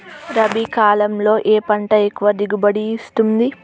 రబీ కాలంలో ఏ పంట ఎక్కువ దిగుబడి ఇస్తుంది?